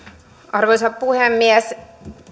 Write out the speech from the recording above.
arvoisa puhemies